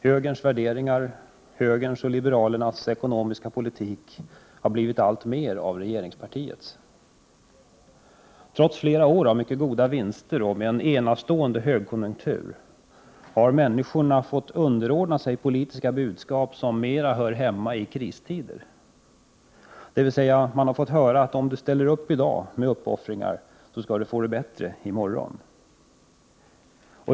Högerns värderingar och högerns och liberalernas ekonomiska politik har alltmer blivit regeringspartiets. Trots flera år med mycket goda vinster och med en enastående högkonjunktur har människorna fått underordna sig politiska budskap som mer hör hemma i kristider. Man har fått höra: Om du ställer upp i dag med uppoffringar, skall du få det bättre i morgon.